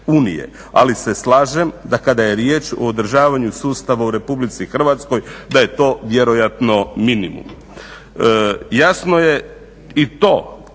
ali se slažem da kada je riječ o održavanju sustava u RH, da je to vjerojatno minimum. Jasno je i to